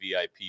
VIP